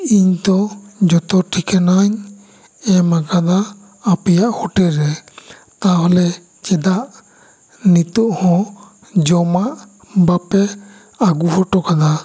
ᱤᱧ ᱛᱚ ᱡᱚᱛᱚ ᱴᱨᱷᱤᱠᱟᱹᱱᱟᱹᱧ ᱮᱢ ᱟᱠᱟᱫᱟ ᱟᱯᱮᱭᱟ ᱦᱳᱴᱮᱞ ᱨᱮ ᱛᱟᱦᱚᱞᱮ ᱪᱮᱫᱟᱜ ᱱᱤᱛᱚᱜ ᱦᱚᱸ ᱡᱚᱢᱟᱜ ᱵᱟᱯᱮ ᱟᱜᱩ ᱦᱚᱴᱚ ᱠᱟᱫᱟ